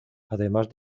además